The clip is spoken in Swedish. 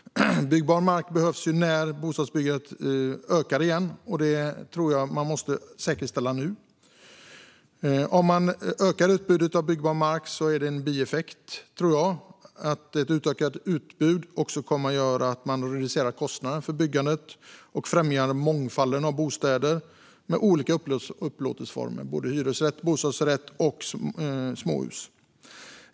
Byggbar mark behövs ju när bostadsbyggandet ökar igen, och detta tror jag att man måste säkerställa nu. Om man ökar utbudet av byggbar mark tror jag att en bieffekt blir att man reducerar kostnaden för byggandet och främjar en mångfald av bostäder med olika upplåtelseformer - hyresrätter, bostadsrätter och småhus.